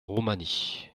roumanie